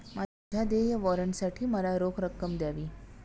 माझ्या देय वॉरंटसाठी मला रोख रक्कम द्यावी